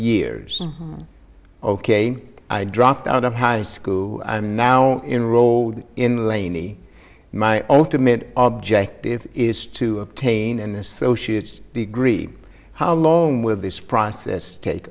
years ok i dropped out of high school and now enroll in laney my ultimate objective is to obtain an associate's degree how alone with this process tak